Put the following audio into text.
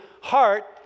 heart